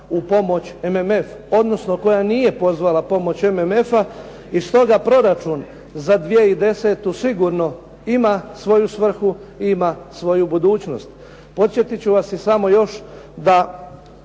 u pomoć MMF, odnosno koja nije pozvala pomoć MMF-a. i stoga proračun za 2010. sigurno ima svoju svrhu i ima svoju budućnost. Podsjetit ću vas samo još da